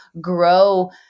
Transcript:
grow